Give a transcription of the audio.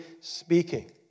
speaking